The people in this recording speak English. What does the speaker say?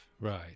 Right